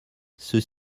ceux